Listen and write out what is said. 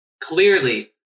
clearly